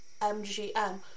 MGM